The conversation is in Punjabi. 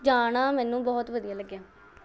ਜਾਣਾ ਮੈਨੂੰ ਬਹੁਤ ਵਧੀਆ ਲੱਗਿਆ